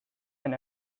and